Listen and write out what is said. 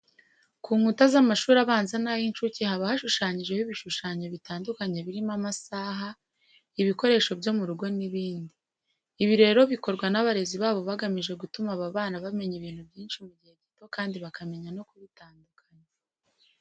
Ku nkuta z'amashuri abanza n'ay'incuke haba hashushanyijeho ibishushanyo bitandukanye birimo amasaha, ibikoresho byo mu rugo n'ibindi. Ibi rero bikorwa n'abarezi babo bagamije gutuma aba bana bamenya ibintu byinshi mu gihe gito kandi bakamenya no kubitandukanya.